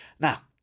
Now